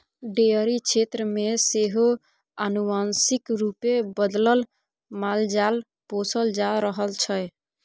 dairy क्षेत्र मे सेहो आनुवांशिक रूपे बदलल मालजाल पोसल जा रहल छै